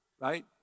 right